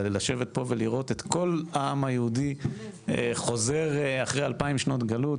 לשבת פה ולראות את כל העם היהודי חוזר אחרי אלפיים שנות גלות.